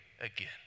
again